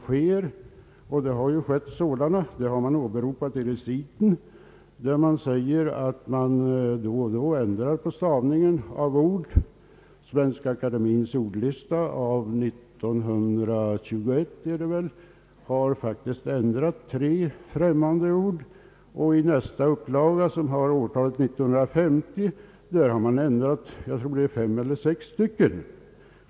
Sådana har ju skett — detta åberopas i reciten, där det står att stavningen av ord då och då ändras, I Svenska akademiens ordlista av år 1921 har faktiskt stavningen av tre främmande ord ändrats, och i nästa upplaga av år 1950 har stavningen av fem eller sex ord ändrats.